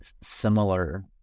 similar